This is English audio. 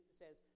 says